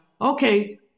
okay